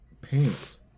pants